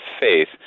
faith